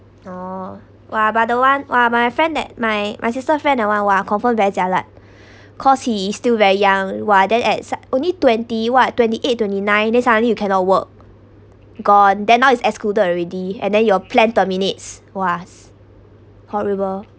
orh !wah! but the one !wah! my friend that my my sister friend that one !wah! confirm very jialat cause he still very young while then at only twenty what twenty eight twenty nine then suddenly you cannot work gone then now is excluded already and then your plan terminates !wah! horrible